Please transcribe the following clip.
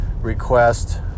request